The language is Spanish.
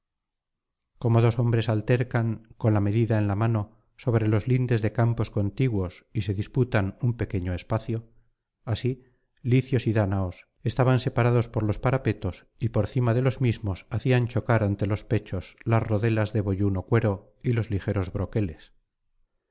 como dos hombres altercan con la medida en la mano sobre los lindes de campos contiguos y se disputan un pequeño espacio así licios y dáñaos estaban separados por los parapetos y por cima de los mismos hacían chocar ante los pechos las rodelas de boyuno cuero y los ligeros broqueles